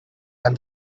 and